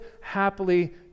happily